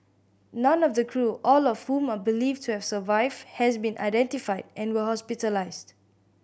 none of the crew all of whom are believed to have survived has been identified and were hospitalised